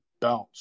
bounce